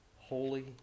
Holy